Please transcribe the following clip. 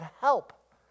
help